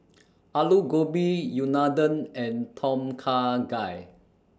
Alu Gobi Unadon and Tom Kha Gai